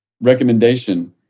recommendation